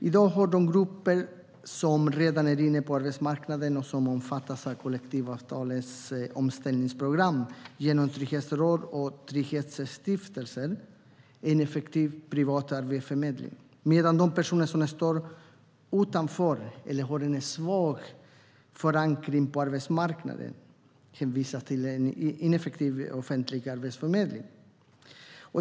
I dag har de grupper som redan är inne på arbetsmarknaden och som omfattas av kollektivavtalens omställningsprogram genom trygghetsråd och trygghetsstiftelser en effektiv privat arbetsförmedling, medan de personer som står utanför eller har en svag förankring på arbetsmarknaden hänvisas till en ineffektiv offentlig arbetsförmedling.